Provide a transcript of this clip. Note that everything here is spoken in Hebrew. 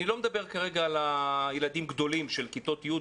אני לא מדבר כרגע על ילדים גדולים של כיתות י',